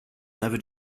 never